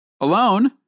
alone